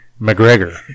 McGregor